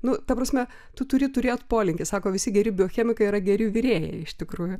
nu ta prasme tu turi turėt polinkį sako visi geri biochemikai yra geri virėjai iš tikrųjų